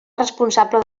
responsable